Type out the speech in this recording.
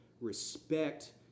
respect